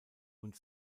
und